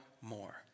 more